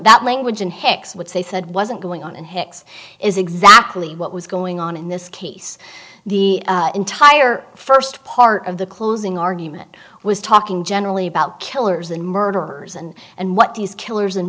that language in hex would say said wasn't going on and hicks is exactly what was going on in this case the entire first part of the closing argument was talking generally about killers and murderers and and what these killers and